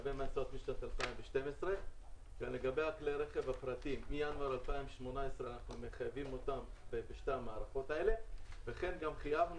משאיות משנת 2012 וכלי הרכב הפרטיים מינואר 2018. כן גם נתנו